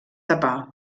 tapar